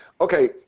Okay